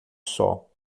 sol